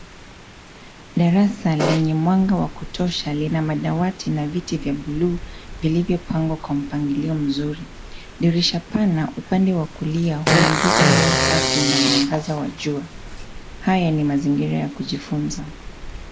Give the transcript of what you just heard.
Darasa lenye mwanga wa kutosha lina madawati na viti vya bluu vilivyo pangwa kwa mpangilio mzuri. Dirisha pana upande wa kulia huingiza hewa safi na mwangaza wa jua. Haya ni mazingira ya kujifunza.